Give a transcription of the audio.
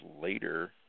later